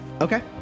Okay